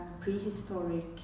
prehistoric